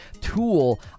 tool